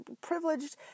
privileged